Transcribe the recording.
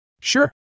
Sure